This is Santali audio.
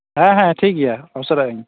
ᱦᱮᱸ ᱦᱮᱸ ᱴᱷᱤᱠ ᱜᱮᱭᱟ ᱩᱥᱟᱹᱨᱟᱭᱟᱹᱧ